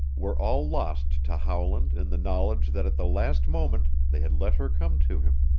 were all lost to howland in the knowledge that at the last moment they had let her come to him,